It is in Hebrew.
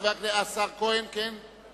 62 נגד, שמונה בעד, אחד נמנע.